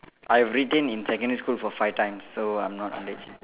I've retained in secondary school for five times so I'm not underaged